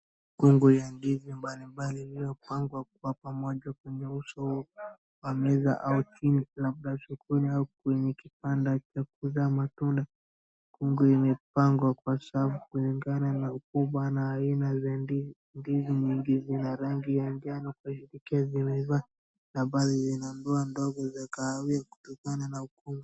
Mkungu la ndizi mbalimbali lililopangwa kuwa pamoja kwenye uso wa meza au chini labda sokoni au kwenye kipanda cha kuuza matunda. Mkungu limepangwa kwa safu kulingana na ukubwa na aina za ndizi. Ndizi nyingi zina rangi ya njano kuashiria zimeiva na baadhi zina madoa ndogo za kahawia kutokana na ukubwa.